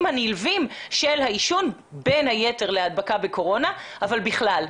הנלווים של העישון בין היתר להדבקה בקורונה אבל בכלל.